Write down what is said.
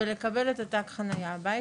ולקבל את תג החניה בהיתר.